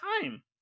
time